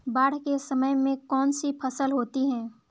बाढ़ के समय में कौन सी फसल होती है?